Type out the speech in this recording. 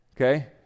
Okay